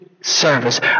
service